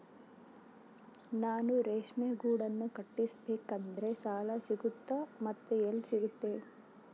ನಾನು ರೇಷ್ಮೆ ಗೂಡನ್ನು ಕಟ್ಟಿಸ್ಬೇಕಂದ್ರೆ ಸಾಲ ಸಿಗುತ್ತಾ ಮತ್ತೆ ಎಲ್ಲಿ ಸಿಗುತ್ತೆ?